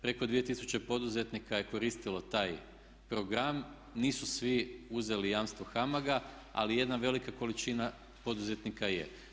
Preko 2 tisuće poduzetnika je koristilo taj program, nisu svi uzeli jamstvo HAMAG-a ali jedna velika količina poduzetnika je.